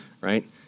right